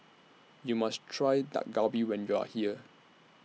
YOU must Try Dak Galbi when YOU Are here